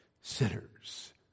sinners